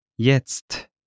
Jetzt